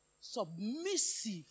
submissive